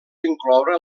incloure